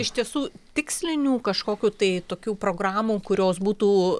iš tiesų tikslinių kažkokių tai tokių programų kurios būtų